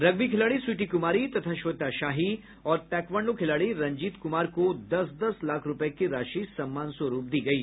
rugby खिलाड़ी स्वीटी कुमारी तथा श्वेता शाही और ताईक्वांडों खिलाड़ी रंजीत कुमार को दस दस लाख रूपये की राशि सम्मान स्वरूप दी गयी